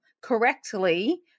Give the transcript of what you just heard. correctly